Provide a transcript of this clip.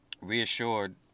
reassured